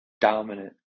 dominant